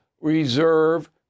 reserve